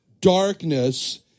darkness